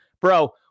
bro